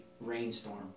rainstorm